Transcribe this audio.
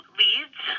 leads